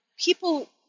people